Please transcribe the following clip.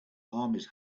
armies